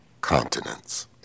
continents